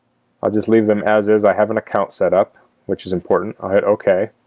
i'll just leave them as is. i have an account setup which is important. i'll hit ok